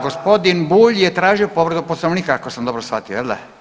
Gospodin Bulj je tražio povredu Poslovnika ako sam dobro shvatio, jel da?